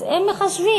אז הם מחשבים,